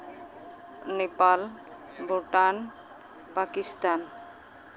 Nepal Bhutan Pakistan